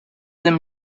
them